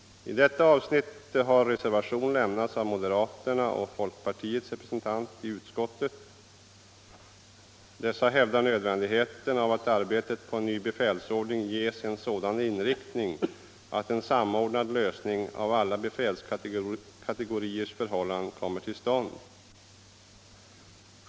I detta avsnitt har reservation lämnats av moderaternas och folkpartiets representanter i utskottet. Dessa hävdar nödvändigheten av att arbetet på en ny befälsordning ges en sådan inriktning att en samordnad lösning av alla befälskategoriers förhållanden kommer till stånd.